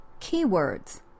Keywords